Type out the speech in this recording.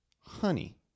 honey